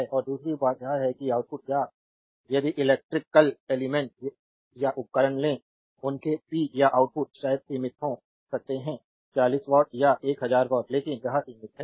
और दूसरी बात यह है कि आउटपुट या यदि इलेक्ट्रिकल एलिमेंट्स या उपकरण लें उनके पी या आउटपुट शायद सीमित हो सकते हैं 40 वाट शायद 1000 वाट लेकिन यह सीमित है